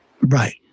Right